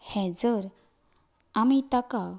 हें जर आमीं ताका